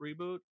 reboot